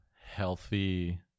healthy